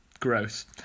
Gross